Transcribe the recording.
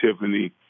Tiffany